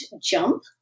jump